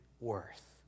worth